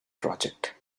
project